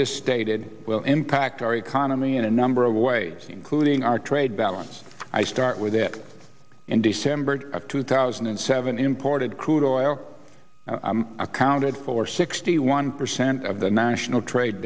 just stated will impact our economy in a number of ways including our trade balance i start with it in december of two thousand and seven imported crude oil accounted for sixty one percent of the national trade